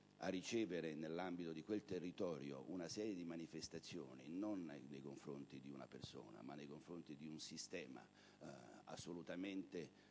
a ricevere nell'ambito di quel territorio una serie di manifestazioni (non nei confronti di una persona ma nei confronti di un sistema, assolutamente